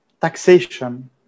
taxation